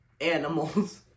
animals